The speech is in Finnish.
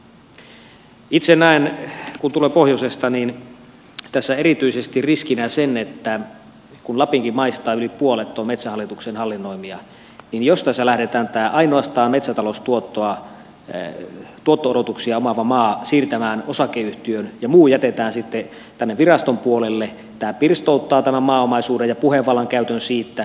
itse näen kun tulen pohjoisesta tässä erityisesti riskinä sen että kun lapinkin maista yli puolet on metsähallituksen hallinnoimia niin jos tässä lähdetään tämä ainoastaan metsätaloustuotto odotuksia omaava maa siirtämään osakeyhtiöön ja muu jätetään sitten tänne viraston puolelle tämä pirstouttaa tämän maaomaisuuden ja puhevallan käytön siitä